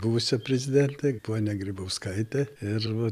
buvusią prezidentę ponią grybauskaitę ir